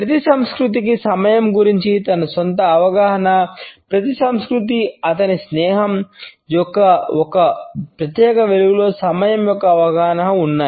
ప్రతి సంస్కృతికి సమయం గురించి తన సొంత అవగాహన ప్రతి సంస్కృతి అతని స్నేహం యొక్క మరియు ఒక ప్రత్యేక వెలుగులో సమయం యొక్క అవగాహన ఉన్నాయి